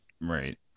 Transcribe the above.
right